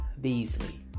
Beasley